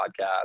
podcast